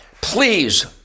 please